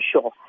sure